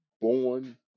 born